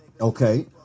Okay